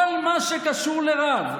כל מה שקשור לרב,